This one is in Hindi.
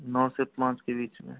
नौ से पाँच के बीच में